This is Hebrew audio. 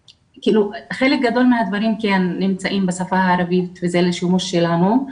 חלק גדול מהדברים נמצאים בשפה הערבית וזה לשימוש שלנו,